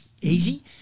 easy